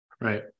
right